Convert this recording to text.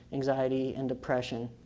anxiety, and depression.